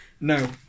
No